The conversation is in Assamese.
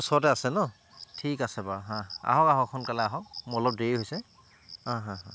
ওচৰতে আছে ন ঠিক আছে বাৰু অঁ আহক আহক সোনকালে আহক মোৰ অলপ দেৰি হৈছে